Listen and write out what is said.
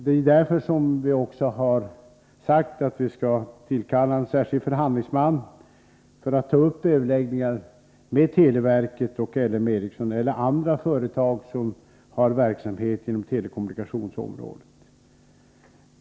Det är därför som vi skall tillkalla en särskild förhandlingsman för att ta upp överläggningar med televerket och LM Ericsson eller andra företag som bedriver verksamhet inom telekommunikationsområdet.